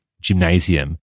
gymnasium